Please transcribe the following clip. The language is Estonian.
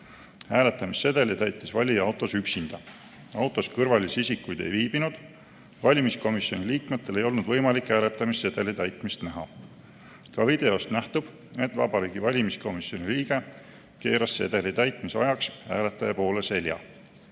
Hääletamissedeli täitis valija autos üksinda. Autos kõrvalisi isikuid ei viibinud, valimiskomisjoni liikmetel ei olnud võimalik hääletamissedeli täitmist näha. Ka videost nähtub, et Vabariigi Valimiskomisjoni liige keeras sedeli täitmise ajaks hääletaja poole selja.